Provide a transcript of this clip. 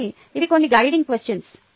కాబట్టి ఇవి కొన్ని గైడింగ్ క్వెషన్స్